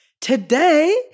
Today